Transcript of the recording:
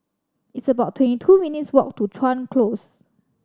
it's about twenty two minutes' walk to Chuan Close